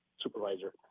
supervisor